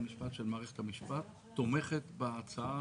הצבעה